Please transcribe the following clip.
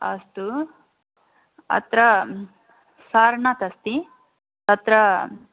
अस्तु अत्र सारानाथः अस्ति तत्र